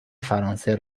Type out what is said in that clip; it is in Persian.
فرانسه